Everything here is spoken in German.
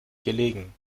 gelegen